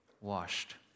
washed